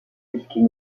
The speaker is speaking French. puisqu’il